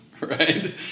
Right